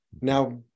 Now